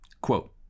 Quote